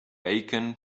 bacon